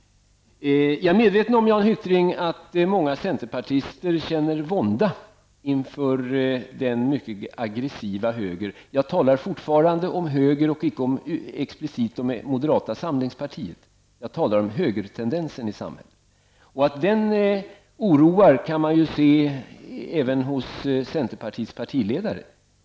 Jag är medveten om, Jan Hyttring, att många centerpartister känner vånda inför denna mycket aggressiva höger, och jag talar fortfarande om högern och inte explicit om moderata samlingspartiet. Jag talar om högertendensen i samhället. Att den oroar kan man se även hos centerpartiets partiledare.